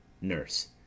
Nurse